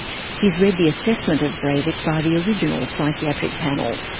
he has read the assessment of breivik by the original psychiatric panel.